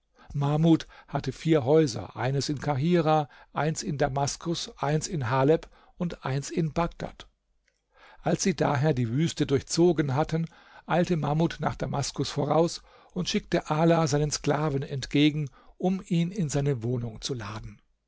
mahmud hatte vier häuser eins in kahirah eins in damaskus eins in haleb und eins in bagdad als sie daher die wüste durchzogen hatten eilte mahmud nach damaskus voraus und schickte ala seinen sklaven entgegen um ihn in seine wohnung zu laden